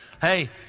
Hey